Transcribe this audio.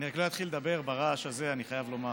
אני לא אתחיל לדבר ברעש הזה, אני חייב לומר.